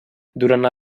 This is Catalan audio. durant